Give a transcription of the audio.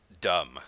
dumb